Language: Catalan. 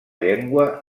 llengua